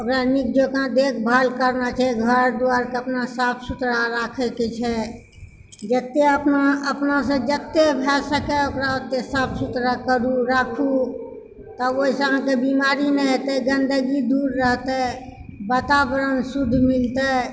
ओकरा नीक जेकाँ देखभाल करना छै घर दुआरि के साफ सुथरा राखै के छै जते अपना अपना से जते भए सकए ओकरा ओते साफ सुथरा करू राखु तब ओहिसॅं अहाँके बीमारी नहि हेतै गन्दगी दूर रहतै वातावरण शुद्ध मिलतै